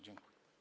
Dziękuję.